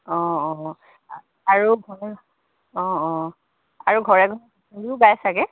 অঁ অঁ আৰু ঘৰ অঁ অঁ আৰু ঘৰে ঘৰে হুঁচৰিও গাই চাগৈ